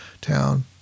town